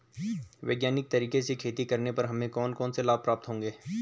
वैज्ञानिक तरीके से खेती करने पर हमें कौन कौन से लाभ प्राप्त होंगे?